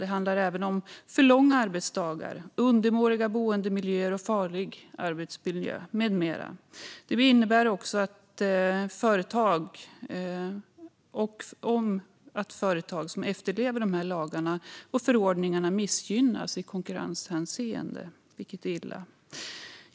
Det handlar även om för långa arbetsdagar, undermåliga boendemiljöer, farlig arbetsmiljö med mera. Det innebär också att företag som efterlever lagar och förordningar missgynnas i konkurrenshänseende, vilket är illa.